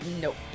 Nope